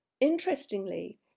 interestingly